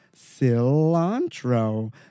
cilantro